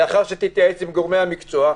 לאחר שתתייעץ עם גורמי המקצוע,